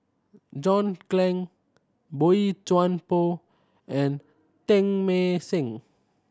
John Clang Boey Chuan Poh and Teng Mah Seng